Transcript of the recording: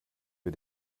wir